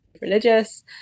religious